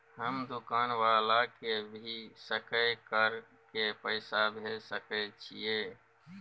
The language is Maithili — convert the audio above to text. हम दुकान वाला के भी सकय कर के पैसा भेज सके छीयै?